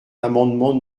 l’amendement